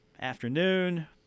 afternoon